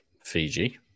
Fiji